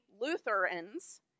Lutherans